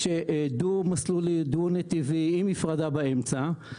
רובו כביש דו-מסלולי, דו-נתיבי, עם הפרדה באמצע.